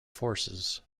forces